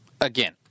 Again